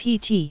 PT